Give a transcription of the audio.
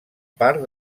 part